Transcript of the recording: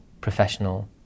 professional